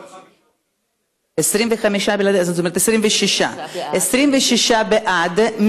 25, כלומר 26. 26 בעד.